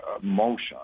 motion